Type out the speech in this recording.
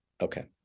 okay